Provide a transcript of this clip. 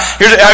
heres